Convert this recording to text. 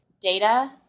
Data